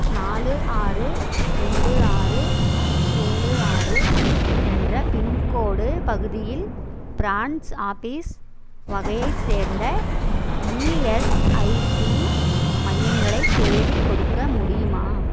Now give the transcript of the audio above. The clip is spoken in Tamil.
நாலு ஆறு ரெண்டு ஆறு ஏழு ஆறு என்ற பின்கோடு பகுதியில் ப்ரான்ஸ் ஆபீஸ் வகையைச் சேர்ந்த இஎஸ்ஐசி மையங்களை தேடிக் கொடுக்க முடியுமா